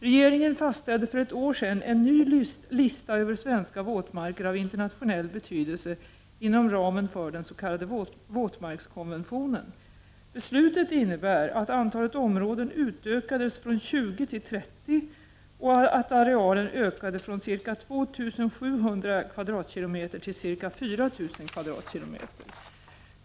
Regeringen fastställde för ett år sedan en ny lista över svenska våtmarker av internationell betydelse, inom ramen för den s.k. våtmarkskonventionen. Beslutet innebär att antalet områden utökas från 20 till 30 och att arealen ökade från ca 2 700 km? till ca 4 000 km?.